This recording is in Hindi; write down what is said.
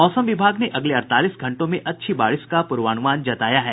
मौसम विभाग ने अगले अड़तालीस घंटों में अच्छी बारिश का पूर्वानुमान जताया है